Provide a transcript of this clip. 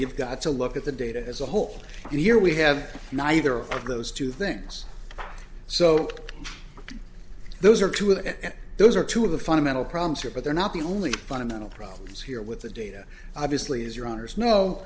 you've got to look at the data as a whole and here we have neither of those two things so those are two and those are two of the fundamental problems here but they're not the only fundamental problems here with the data obviously is your honour's no